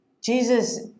Jesus